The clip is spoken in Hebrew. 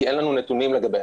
כי אין לנו נתונים לגביהם,